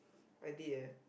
I did eh